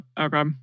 Okay